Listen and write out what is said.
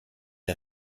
der